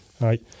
Right